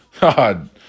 God